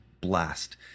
blast